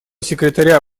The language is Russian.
секретаря